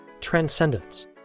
Transcendence